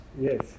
Yes